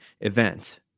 event